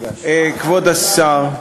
כבוד השר,